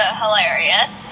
hilarious